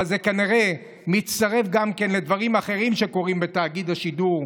אבל זה כנראה מצטרף גם כן לדברים אחרים שקורים בתאגיד השידור,